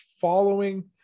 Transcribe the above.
following